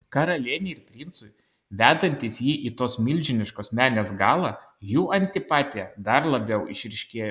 karalienei ir princui vedantis jį į tos milžiniškos menės galą jų antipatija dar labiau išryškėjo